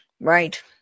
right